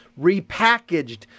repackaged